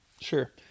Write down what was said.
Sure